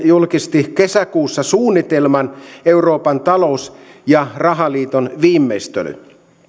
julkisti kesäkuussa suunnitelman euroopan talous ja rahaliiton viimeistely